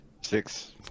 six